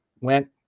went